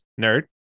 nerd